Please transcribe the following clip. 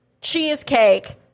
cheesecake